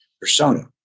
persona